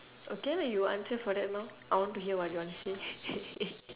okay lah you answer for that lor I want to hear what you want to say